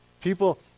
People